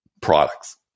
products